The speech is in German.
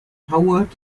howard